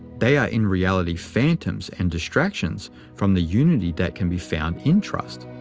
they are in reality phantoms and distractions from the unity that can be found in trust.